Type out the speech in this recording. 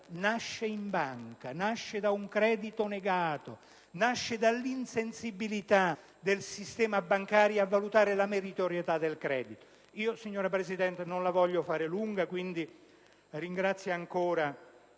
nasce in banca, da un credito negato, dall'insensibilità del sistema bancario a valutare la meritorietà del credito. Signora Presidente, non voglio farla lunga. Pertanto, ringrazio ancora